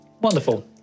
wonderful